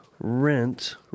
rent